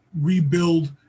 rebuild